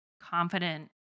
confident